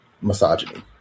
misogyny